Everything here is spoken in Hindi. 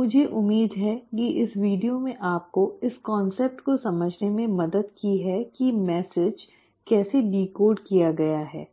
मुझे उम्मीद है कि इस वीडियो ने आपको इस अवधारणा को समझने में मदद की है कि मैसेज कैसे डिकोड किया गया है